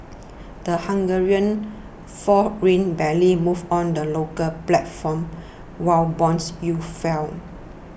the Hungarian forint barely moved on the local platform while bond yields fell